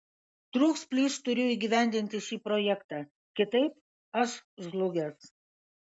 trūks plyš turiu įgyvendinti šį projektą kitaip aš žlugęs